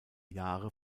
jahre